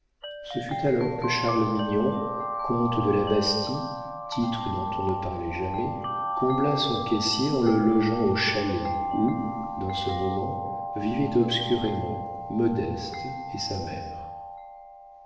ce fut alors que charles mignon comte de la bastie titre dont on ne parlait jamais combla son caissier en le logeant au chalet où dans ce moment vivaient obscurément modeste et sa mère